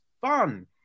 fun